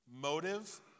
motive